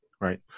Right